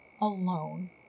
alone